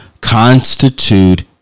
constitute